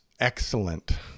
excellent